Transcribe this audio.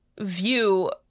view